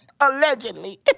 Allegedly